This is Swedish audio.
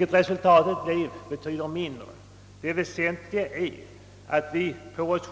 Vad resultatet blir betyder mindre — det väsentliga är att vi